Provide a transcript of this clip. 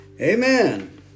Amen